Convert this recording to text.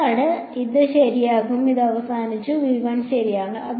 അതിനാൽ ഇത് ശരിയാകും ഇത് അവസാനിച്ചു ശരിയാണ്